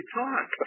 talk